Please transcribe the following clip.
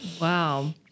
Wow